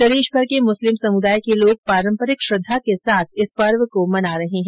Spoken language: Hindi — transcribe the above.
प्रदेशभर के मुस्लिम समुदाय के लोग पारम्परिक श्रद्धा के साथ इस पर्व को मना रहे है